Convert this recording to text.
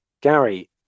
Gary